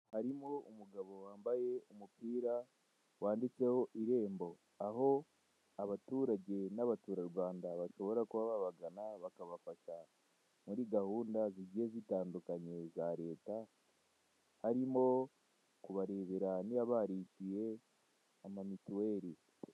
Harimo umugabon wambaye umupira wanditseho irembo, aho abaturage n'abaturarwanda bashobora kuba babagana bakabafasha muri gahunda zigiye zitandukanye za leta, harimo kubarebera niba barishyuye amamituweri.